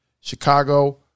Chicago